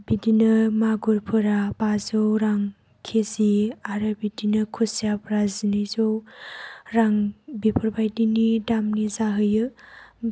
बिदिनो मागुरफोरा बाजौ रां के जि आरो बिदिनो खुसियाफोरा जिनैजौ रां बेफोरबायदिनि दामनि जाहैयो